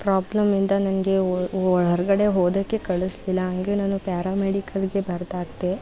ಪ್ರಾಬ್ಲಮಿಂದ ನನಗೆ ಹೊರಗಡೆ ಓದೋಕ್ಕೇ ಕಳಿಸಲಿಲ್ಲ ಹಾಗೆ ನಾನು ಪ್ಯಾರ ಮೆಡಿಕಲ್ಲಿಗೆ ಬರ್ದಾಕಿದೆ